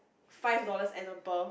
five dollars and above